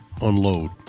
unload